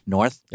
North